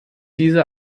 diese